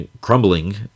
crumbling